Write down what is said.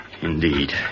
Indeed